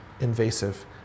invasive